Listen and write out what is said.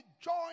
join